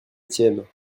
tienne